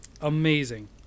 Amazing